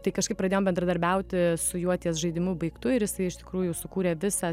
tai kažkaip pradėjom bendradarbiauti su juo ties žaidimu baigtu ir jisai iš tikrųjų sukūrė visą